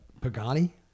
Pagani